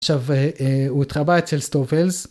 עכשיו הוא התרבה אצל סטובלס.